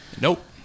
Nope